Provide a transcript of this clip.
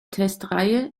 testreihe